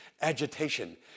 agitation